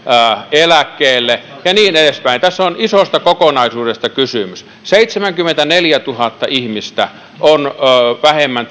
eläkkeelle ja niin edespäin tässä on isosta kokonaisuudesta kysymys työttömiä työnhakijoita on seitsemänkymmentäneljätuhatta ihmistä vähemmän